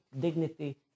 dignity